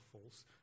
false